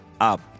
up